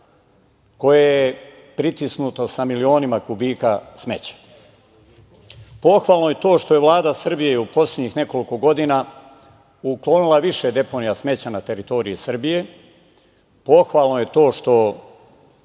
koje je pritisnuto sa milionima kubika smeća. Pohvalno je to što je Vlada Srbije u poslednjih nekoliko godina uklonila više deponija smeća na teritoriji Srbije, pohvalno je to što,